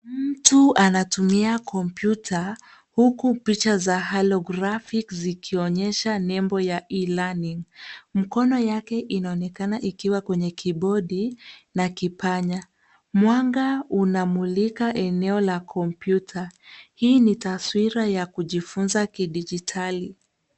Mtu anatumia kompyuta ,huku picha za halographic zikionyesha nembo ya E-learning .Mkono yake inaonekana ikiwa kwenye kibodi na kipanya. Mwanga unamulika eneo la kompyuta. Hii ni taswira ya kujifunza ki digitali.